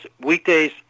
Weekdays